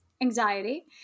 anxiety